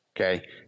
okay